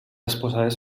exposades